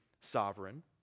sovereign